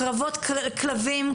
קרבות כלבים,